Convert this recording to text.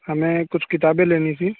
ہمیں کچھ کتابیں لینی تھیں